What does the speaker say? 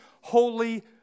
holy